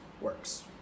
works